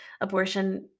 abortion